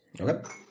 Okay